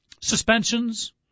suspensions